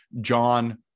John